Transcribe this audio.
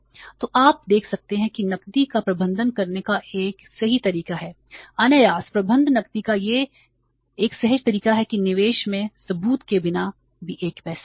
तो आप देख सकते हैं कि यह नकदी का प्रबंधन करने का एक सही तरीका है अनायास प्रबंध नकदी का एक सहज तरीका है कि निवेश में सबूत के बिना भी एक पैसा